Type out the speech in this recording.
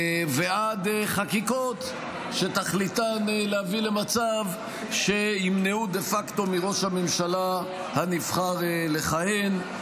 ועד חקיקות שתכליתן להביא למצב שימנעו דה-פקטו מראש הממשלה הנבחר לכהן.